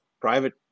private